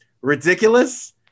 ridiculous